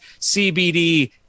CBD